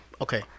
Okay